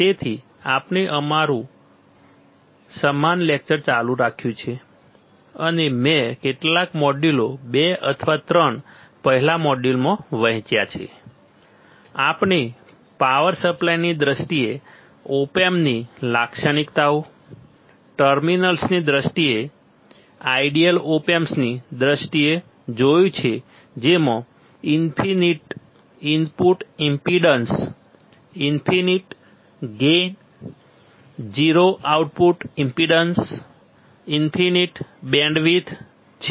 તેથી આપણે અમારું સમાન લેકચર ચાલુ રાખ્યું છે અને મેં કેટલાક મોડ્યુલો 2 અથવા 3 પહેલા મોડ્યુલમાં વહેંચ્યા છે આપણે પાવર સપ્લાયની દ્રષ્ટિએ ઓપ એમ્પની લાક્ષણિકતાઓ ટર્મિનલ્સની દ્રષ્ટિએ આઇડિયલ ઓપ એમ્પની દ્રષ્ટિએ જોયું છે જેમાં infinite input impedance infinite gain 0 output impedance infinite bandwidth છે